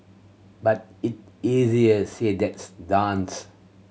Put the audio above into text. but it easier said done